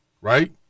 right